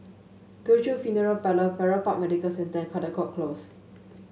Teochew Funeral Parlour Farrer Park Medical Centre and Caldecott Close